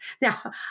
Now